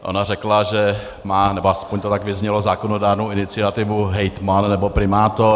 Ona řekla, že má nebo aspoň to tak vyznělo zákonodárnou iniciativu hejtman nebo primátor.